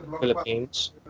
Philippines